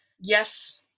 yes